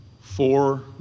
four